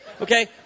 Okay